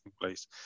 place